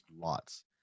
lots